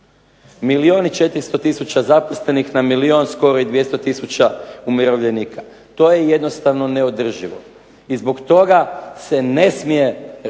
Milijun i 400000 zaposlenih na milijun skoro i 200000 umirovljenika. To je jednostavno neodrživo. I zbog toga se ne smije postavljati